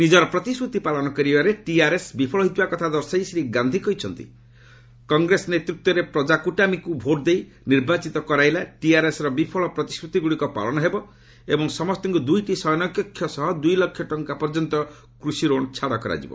ନିଜର ପ୍ରତିଶ୍ରତି ପାଳନ କରିବାରେ ଟିଆର୍ଏସ୍ ବିଫଳ ହୋଇଥିବା କଥା ଦର୍ଶାଇ ଶ୍ରୀ ଗାନ୍ଧି କହିଛନ୍ତି କଂଗ୍ରେସ ନେତୃତ୍ୱରେ ପ୍ରକାକୁଟାମିକୁ ଭୋଟ୍ ଦେଇ ନିର୍ବାଚୀତ କରାଇଲେ ଟିଆର୍ଏସ୍ ର ବିଫଳ ପ୍ରତିଶ୍ରତିଗୁଡ଼ିକ ପାଳନ ହେବ ଏବଂ ସମସ୍ତଙ୍କୁ ଦୁଇଟି ଶୟନକକ୍ଷ ସହ ଓ ଦୁଇ ଲକ୍ଷ ଟଙ୍କା ପର୍ଯ୍ୟନ୍ତ କୁଷି ଋଣ ଛାଡ଼ କରାଯିବ